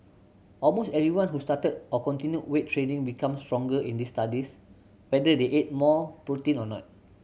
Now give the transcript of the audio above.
almost everyone who started or continued weight training become stronger in these studies whether they ate more protein or not